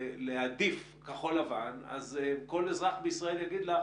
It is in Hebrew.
להעדיף כחול לבן אז כל אזרח בישראל יגיד לך